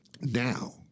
Now